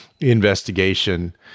investigation